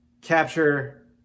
capture